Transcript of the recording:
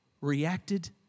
reacted